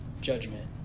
judgment